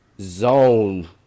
zone